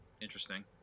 Interesting